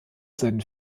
seinen